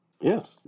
Yes